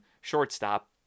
shortstop